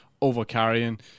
over-carrying